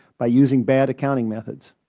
by using bad accounting methods?